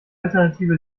alternative